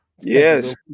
Yes